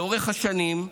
לאורך השנים,